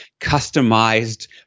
customized